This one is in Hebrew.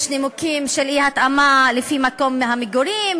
יש נימוקים של אי-התאמה לפי מקום המגורים,